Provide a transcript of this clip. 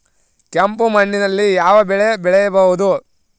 ಕೆಂಪು ಮಣ್ಣಿನಲ್ಲಿ ಯಾವ ಬೆಳೆ ಬೆಳೆಯಬಹುದು?